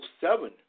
seven